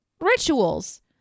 rituals